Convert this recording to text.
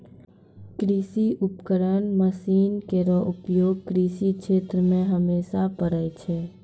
कृषि उपकरण मसीन केरो उपयोग कृषि क्षेत्र मे हमेशा परै छै